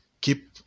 Keep